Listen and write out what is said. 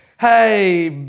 Hey